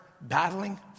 battling